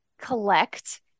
collect